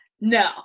no